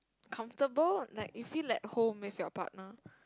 comfortable like you feel at home with your partner